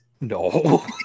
No